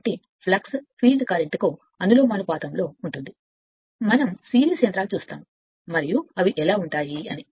కాబట్టి flux field కరెంట్కు అనులోమానుపాతంలో ఉంటుంది మనం సిరీస్ యంత్రాలు చూస్తాము మరియు అవి ఎలా ఉంటాయి అని